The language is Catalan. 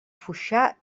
foixà